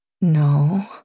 No